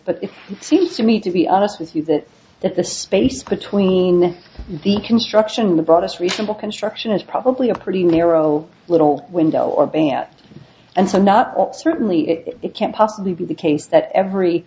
but it seems to me to be honest with you that that the space between the construction in the broadest reasonable construction is probably a pretty narrow little window or a at and so not certainly it can't possibly be the case that every